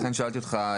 לכן שאלתי אותך,